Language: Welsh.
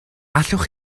allwch